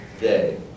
day